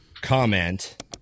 comment